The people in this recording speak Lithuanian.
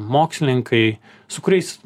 mokslininkai su kuriais